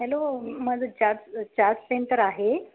hello माझं chaat chaat centre आहे